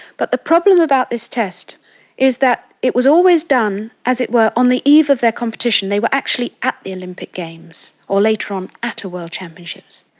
but the problem about this test is that it was always done, as it were, on the eve of their competition they were actually at the olympic games, or later on at a world championship.